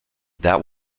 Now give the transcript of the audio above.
that